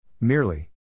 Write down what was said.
Merely